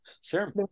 Sure